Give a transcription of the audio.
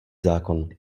zákon